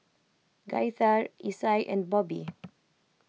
Gaither Isai and Bobbi